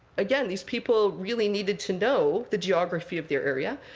again, these people really needed to know the geography of their area.